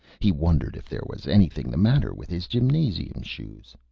he wondered if there was anything the matter with his gymnasium shoes.